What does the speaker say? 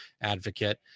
advocate